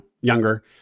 younger